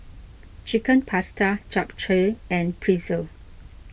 Chicken Pasta Japchae and Pretzel